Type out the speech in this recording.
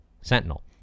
Sentinel